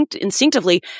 instinctively